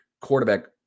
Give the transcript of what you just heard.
quarterback